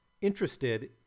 interested